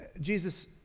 jesus